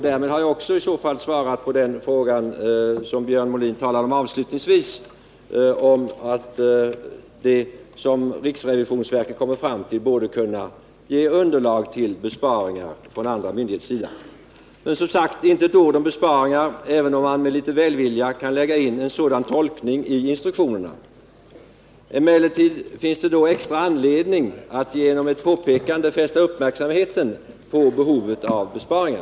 Därmed har jag i så fall också svarat på den fråga som Björn Molin avslutningsvis ställde: Vad riksrevisionsverket kommer fram till borde kunna ge underlag för besparingar från andra myndigheters sida. Men, som sagt, inte ett ord om besparingar, även om man med litet välvilja kan lägga in en sådan tolkning i instruktionen. Emellertid finns det då extra anledning att genom ett påpekande fästa uppmärksamhet på behovet av besparingar.